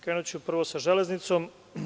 Krenuću prvo sa železnicom.